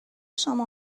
شما